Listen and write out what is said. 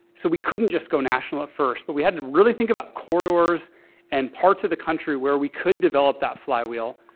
so we couldn't just go national ah first. but we had to really think about corridors and parts of the country where we could develop that flywheel.